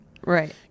Right